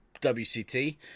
WCT